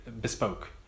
bespoke